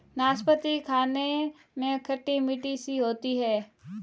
नाशपती खाने में खट्टी मिट्ठी सी होती है